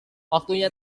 waktunya